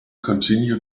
continue